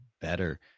better